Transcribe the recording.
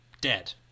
dead